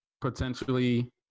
potentially